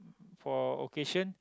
for occasion